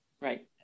Right